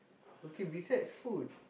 okay besides food